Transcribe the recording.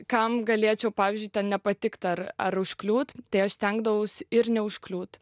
kam galėčiau pavyzdžiui nepatikt ar ar užkliūt stengdavaus ir neužkliūt